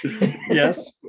Yes